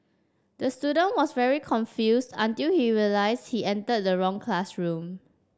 the student was very confused until he realise he entered the wrong classroom